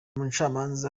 umucamanza